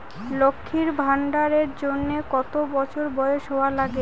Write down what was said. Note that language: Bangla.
লক্ষী ভান্ডার এর জন্যে কতো বছর বয়স হওয়া লাগে?